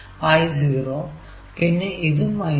I0 പിന്നെ ഇതും I0